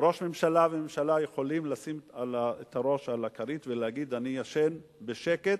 ראש ממשלה וממשלה יכולים לשים את הראש על הכרית ולהגיד: אני ישן בשקט,